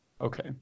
okay